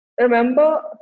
remember